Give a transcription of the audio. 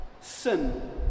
Sin